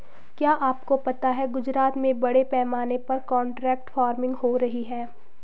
क्या आपको पता है गुजरात में बड़े पैमाने पर कॉन्ट्रैक्ट फार्मिंग हो रही है?